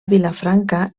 vilafranca